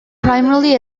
primarily